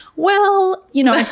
well, you know,